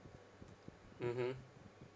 mmhmm